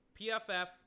PFF